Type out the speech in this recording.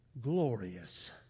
glorious